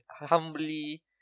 humbly